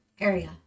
area